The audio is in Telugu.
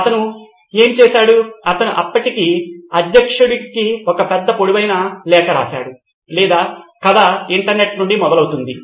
అతను ఏమి చేసాడు అతను అప్పటి అధ్యక్షుడికి ఒక పెద్ద పొడవైన లేఖ రాశాడు లేదా కథ ఇంటర్నెట్ నుండి మొదలయి వెళుతుంది